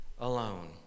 alone